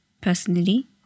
Personally